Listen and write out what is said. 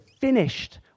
finished